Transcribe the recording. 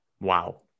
Wow